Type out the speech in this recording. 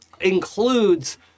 includes